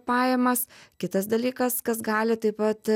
pajamas kitas dalykas kas gali taip pat